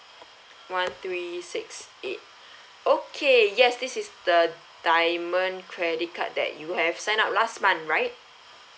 one three six eight okay yes this is the diamond credit card that you have signed up last month right